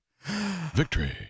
victory